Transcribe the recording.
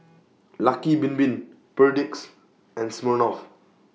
Lucky Bin Bin Perdix and Smirnoff